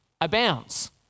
abounds